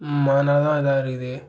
ம் அதனால்தான் இதாக இருக்குது